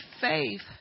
faith